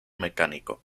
mecánico